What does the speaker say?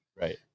right